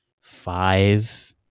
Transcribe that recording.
five